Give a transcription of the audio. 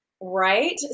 Right